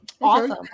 Awesome